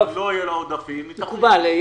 מקובל.